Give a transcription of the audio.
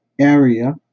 area